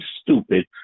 stupid